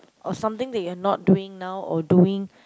or something that you are not doing now or doing